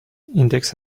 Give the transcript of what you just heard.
index